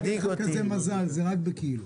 אל תדאג, זה רק בכאילו.